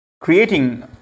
creating